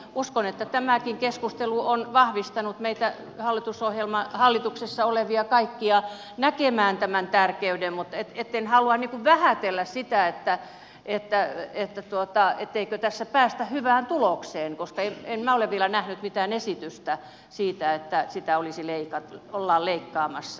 uskon että tämäkin keskustelu on vahvistanut meitä kaikkia hallituksessa olevia näkemään tämän tärkeyden mutta en halua vähätellä sitä etteikö tässä päästä hyvään tulokseen koska en minä ole vielä nähnyt mitään esitystä siitä että sitä ollaan leikkaamassa